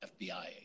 FBI